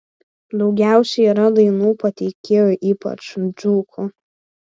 daugiausiai yra dainų pateikėjų ypač dzūkų